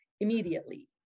immediately